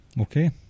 okay